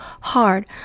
hard